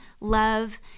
love